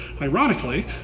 ironically